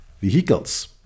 vehicles